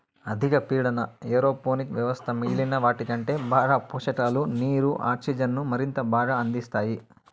అధిక పీడన ఏరోపోనిక్ వ్యవస్థ మిగిలిన వాటికంటే బాగా పోషకాలు, నీరు, ఆక్సిజన్ను మరింత బాగా అందిస్తాయి